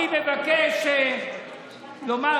אני מבקש לומר,